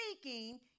speaking